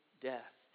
death